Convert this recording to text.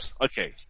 okay